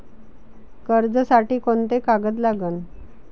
कर्जसाठी कोंते कागद लागन?